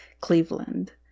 Cleveland